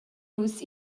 nus